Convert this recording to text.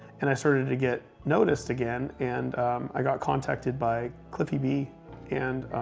and i started to get noticed again, and i got contacted by cliffy b and,